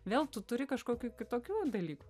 vėl tu turi kažkokių kitokių dalykų